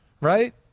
right